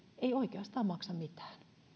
ei oikeastaan maksa mitään